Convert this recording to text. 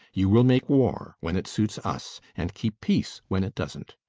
you will make war when it suits us, and keep peace when it doesn't.